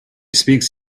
speaks